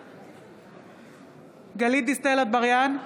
בעד גלית דיסטל אטבריאן,